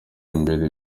imbere